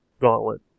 gauntlet